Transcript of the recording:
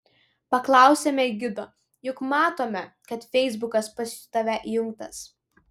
paklausėme gido juk matome kad feisbukas pas tave įjungtas